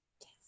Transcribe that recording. Yes